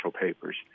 papers